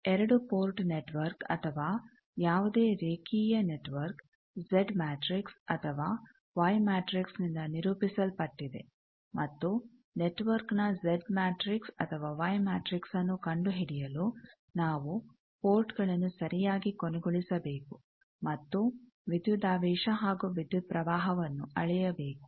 2 port network ಅಥವಾ ಯಾವುದೇ ರೇಖಿಯಾ ನೆಟ್ವರ್ಕ್ ಜೆಡ್ ಮ್ಯಾಟ್ರಿಕ್ಸ್ ಅಥವಾ ವೈ ಮ್ಯಾಟ್ರಿಕ್ಸ್ನಿಂದ ನಿರೂಪಿಸಲ್ಪಟ್ಟಿದೆ ಮತ್ತು ನೆಟ್ವರ್ಕ್ನ ಜೆಡ್ ಮ್ಯಾಟ್ರಿಕ್ಸ್ ಅಥವಾ ವೈ ಮ್ಯಾಟ್ರಿಕ್ಸ್ನ್ನು ಕಂಡುಹಿಡಿಯಲು ನಾವು ಪೋರ್ಟ್ಗಳನ್ನು ಸರಿಯಾಗಿ ಕೊನೆಗೊಳಿಸಬೇಕು ಮತ್ತು ವಿದ್ಯುದಾವೇಶ ಹಾಗೂ ವಿದ್ಯುತ್ ಪ್ರವಾಹವನ್ನು ಅಳೆಯಬೇಕು